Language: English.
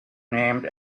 named